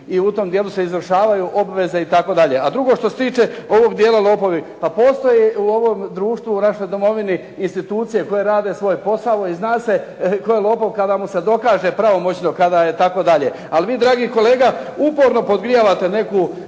i u tom dijelu se izvršavaju obveze. A drugo što se tiče ovog dijela lopovi. Pa postoji u ovom društvu u našoj domovini institucije koje rade svoj posao i zna se tko je lopov, kada mu se događa pravomoćno itd. Ali vi dragi kolega uporno podgrijavate neku